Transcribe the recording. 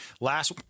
Last